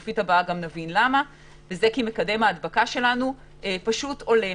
כי מקדם ההדבקה שלנו פשוט עולה.